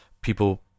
people